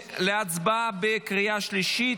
להצבעה בקריאה השלישית.